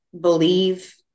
believe